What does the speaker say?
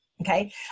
okay